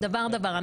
דבר-דבר.